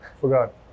Forgot